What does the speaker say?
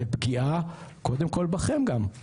זה פגיעה קודם כל בכם גם.